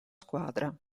squadra